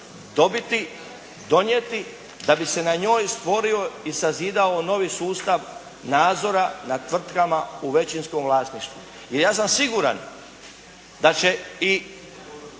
dobiti, donijeti, da bi se na njoj stvorio i sazidao novi sustav nadzora nad tvrtkama u većinskom vlasništvu. I ja sam siguran da će i